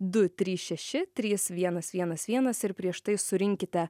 du trys šeši trys vienas vienas vienas ir prieš tai surinkite